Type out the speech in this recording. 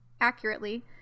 accurately